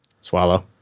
Swallow